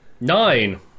Nine